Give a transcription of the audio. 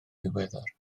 ddiweddar